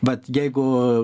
vat jeigu